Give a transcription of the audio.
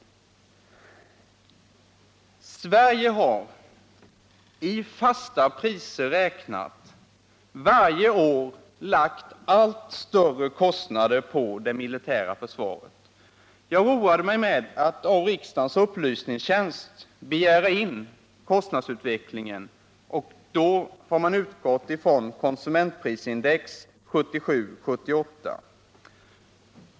Sverige har i fasta priser räknat varje år lagt allt större kostnader på det militära försvaret. Jag roade mig med att av riksdagens upplysningstjänst begära in upplysningar beträffande kostnadsutvecklingen. I detta sammanhang har man utgått från konsumentprisindex 1977/78.